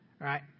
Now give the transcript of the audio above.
right